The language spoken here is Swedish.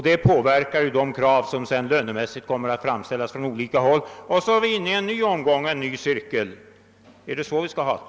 Det påver kar de krav som sedan lönemässigt kommer att framställas från olika håll. Då kommer vi in i en ny omgång, en ny cirkel. Är det så vi skall ha det?